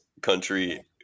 country